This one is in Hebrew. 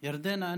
ירדנה,